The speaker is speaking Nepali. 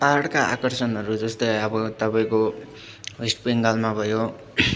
पाहाडका आकर्षणहरू जस्तै अब तपाईँको वेस्ट बङ्गालमा भयो